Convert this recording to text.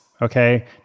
Okay